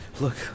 look